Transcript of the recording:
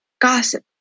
gossip